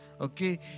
Okay